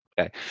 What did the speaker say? Okay